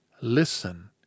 Listen